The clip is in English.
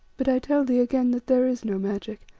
but i tell thee again that there is no magic,